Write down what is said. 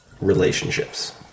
relationships